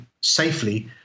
safely